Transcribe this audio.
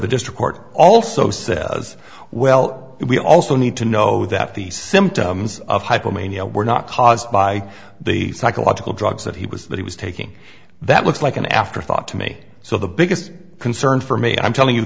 the district court also says well we also need to know that the symptoms of hypomania were not caused by the psychological drugs that he was that he was taking that looks like an afterthought to me so the biggest concern for me i'm telling you